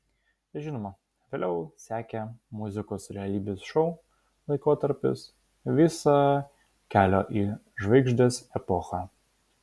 žinoma vėliau sekė muzikos realybės šou laikotarpis visa kelio į žvaigždes epocha